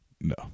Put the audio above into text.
no